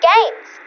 Games